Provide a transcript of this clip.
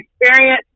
experience